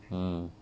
mm